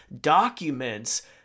documents